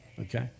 okay